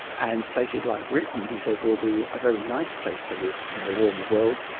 and places like britain he says will be a very nice place to live in the warmer world,